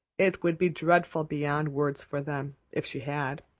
it would be dreadful beyond words for them if she had.